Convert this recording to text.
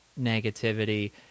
negativity